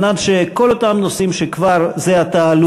על מנת שכל אותם נושאים שעלו זה עתה,